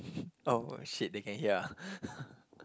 oh shit they can hear ah